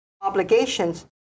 obligations